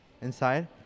Inside